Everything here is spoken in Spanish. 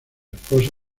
esposa